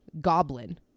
Goblin